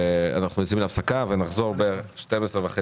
אנחנו יוצאים להפסקה ונחזור לדיון הבא בשעה 12:30. הישיבה ננעלה בשעה